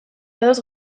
ados